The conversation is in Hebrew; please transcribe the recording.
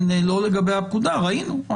לא לגבי הפקודה, ראינו.